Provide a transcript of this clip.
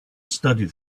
studied